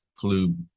flu